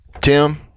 Tim –